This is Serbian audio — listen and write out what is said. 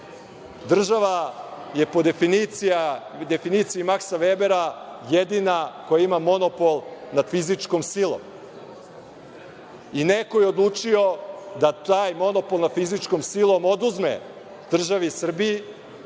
Država je, po definiciji Maksa Vebera, jedina koja ima monopol nad fizičkom silom. Neko je odlučio da taj monopol nad fizičkom silom oduzme državi Srbiji